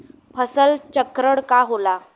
फसल चक्रण का होला?